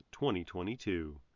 2022